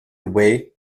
wei